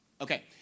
Okay